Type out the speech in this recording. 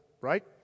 right